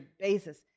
basis